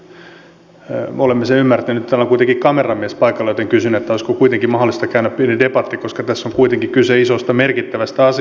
täällä on kuitenkin kameramies paikalla joten kysyn olisiko kuitenkin mahdollista käydä pieni debatti koska tässä on kuitenkin kyse isosta merkittävästä asiasta